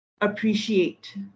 appreciate